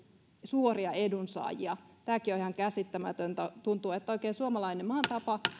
suoria edunsaajia tämäkin on ihan käsittämätöntä tuntuu että on oikein suomalainen maan tapa